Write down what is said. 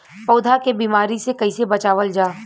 पौधा के बीमारी से कइसे बचावल जा?